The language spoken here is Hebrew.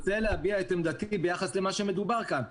אני רוצה להביע את עמדתי ביחס למה שמדובר כאן.